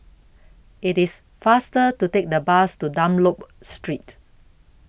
IT IS faster to Take The Bus to Dunlop Street